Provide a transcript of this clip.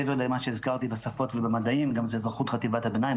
מעבר למה שהזכרתי בשפות ובמדעים גם אזרחות חטיבת הביניים,